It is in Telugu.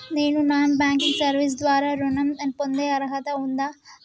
నేను నాన్ బ్యాంకింగ్ సర్వీస్ ద్వారా ఋణం పొందే అర్హత ఉందా?